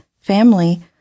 family